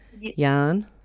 yarn